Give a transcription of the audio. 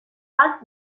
bat